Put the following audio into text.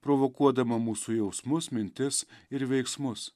provokuodama mūsų jausmus mintis ir veiksmus